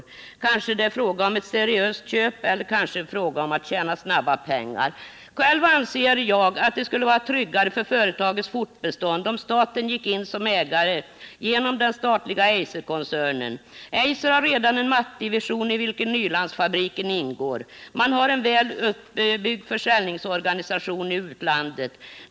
Det är kanske fråga om ett seriöst köp, men det kan också gälla ett köp för att tjäna snabba pengar. Själv anser jag att det skulle vara tryggare för företagets fortbestånd, om staten genom den statliga Eiserkoncernen gick in som ägare. Eiser har redan en mattdivision i vilken Nylandsfabriken ingår. Man har en väl uppbyggd försäljningsorganisation i utlandet.